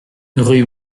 rue